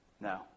No